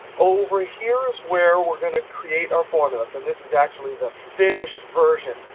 over here is where we're going to create our formulas. and this is actually the finished version.